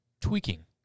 tweaking